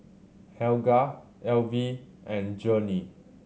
Helga Elvie and Journey